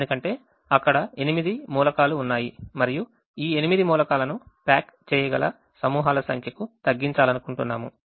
ఎందుకంటే అక్కడ 8 మూలకాలు ఉన్నాయి మరియు ఈ 8 మూలకాలను ప్యాక్ చేయగల సమూహాల సంఖ్య కు తగ్గించాలనుకుంటున్నాము